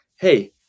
hey